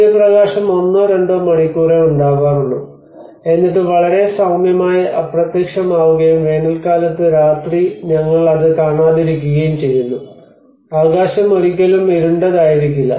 സൂര്യപ്രകാശം ഒന്നോ രണ്ടോ മണിക്കൂറേ ഉണ്ടാവാറുള്ളൂ എന്നിട്ട് വളരെ സൌമ്യമായി അപ്രത്യക്ഷമാവുകയും വേനൽക്കാലത്ത് രാത്രി ഞങ്ങൾ അത് കാണാതിരിക്കുകയും ചെയ്യുന്നു ആകാശം ഒരിക്കലും ഇരുണ്ടതായിരിക്കില്ല